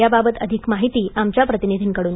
याबाबत अधिक माहिती आमच्या प्रतिनिधीकडून